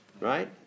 right